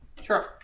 Sure